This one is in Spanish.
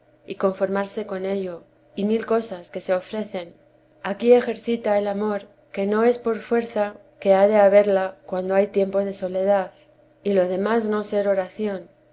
y conformarse con ello y mil cosas que se ofrecen aquí ejercita el amor que no es por fuerza que ha de haberla cuando hay tiempo de soledad y lo demás no ser oración